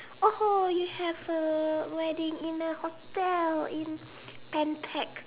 !oho! you have a wedding in a hotel in Pan-Pac